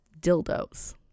dildos